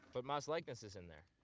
but ma's likeness is in there.